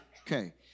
Okay